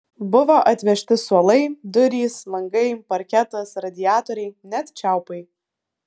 buvo atvežti suolai durys langai parketas radiatoriai net čiaupai